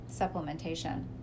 supplementation